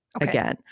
again